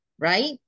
right